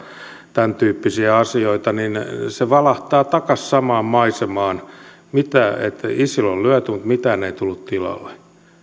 tämäntyyppisiä asioita niin se valahtaa takaisin samaan maisemaan isil on lyöty mutta mitään ei tullut tilalle